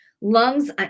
Lungs